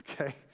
Okay